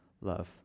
love